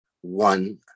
one